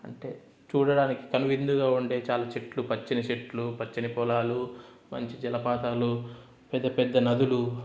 అంటే చూడడానికి కనువిందుగా ఉండే చాలా చెట్లు పచ్చని చెట్లు పచ్చని పొలాలు మంచి జలపాతాలు పెద్ద పెద్ద నదులు